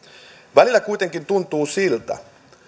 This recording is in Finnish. välillä kuitenkin tuntuu siltä että